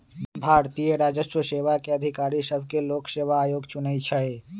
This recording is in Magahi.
भारतीय राजस्व सेवा के अधिकारि सभके लोक सेवा आयोग चुनइ छइ